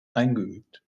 eingeübt